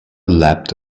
leapt